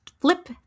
flip